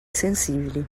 sensibili